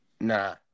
Nah